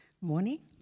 Morning